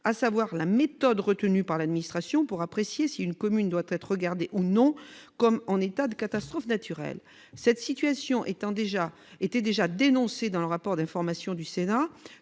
à savoir la méthode retenue par l'administration pour apprécier si une commune doit être regardée ou non comme se trouvant en état de catastrophe naturelle. Cette situation était déjà dénoncée dans un rapport d'information du Sénat